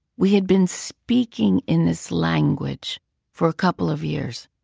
we had been speaking in this language for a couple of years.